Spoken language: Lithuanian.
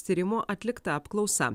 tyrimų atlikta apklausa